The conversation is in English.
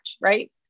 right